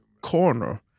corner